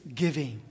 giving